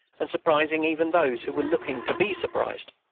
and surprising even those who were looking to be surprised.